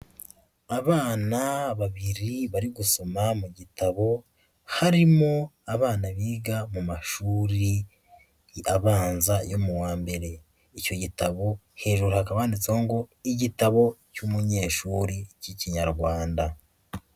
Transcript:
Abana babiri bari gusoma mu gitabo harimo abana biga mu mashuri abanza yo mu wa mbere, icyo gitabo herura hakaba handitseho ngo igitabo cy'umunyeshuri k'Ikinyarwanda.